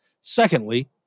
Secondly